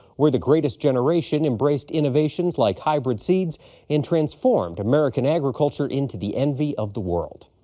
where the greatest generation embraced innovations like hybrid seeds and transformed american agriculture into the envy of the world.